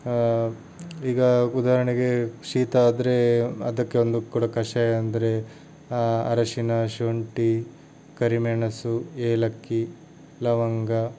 ಈಗ ಉದಾಹರಣೆಗೆ ಶೀತ ಆದರೆ ಅದಕ್ಕೆ ಒಂದು ಕೂಡ ಕಷಾಯ ಅಂದರೆ ಅರಶಿನ ಶುಂಠಿ ಕರಿಮೆಣಸು ಏಲಕ್ಕಿ ಲವಂಗ